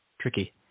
tricky